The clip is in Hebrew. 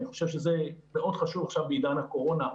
ואני חושב שזה מאוד חשוב בעניין הקורונה,